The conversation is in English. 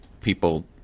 people